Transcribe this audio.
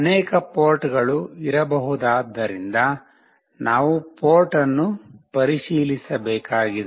ಅನೇಕ ಪೋರ್ಟ್ಗಳು ಇರಬಹುದಾದ್ದರಿಂದ ನಾವು ಪೋರ್ಟನ್ನು ಪರಿಶೀಲಿಸಬೇಕಾಗಿದೆ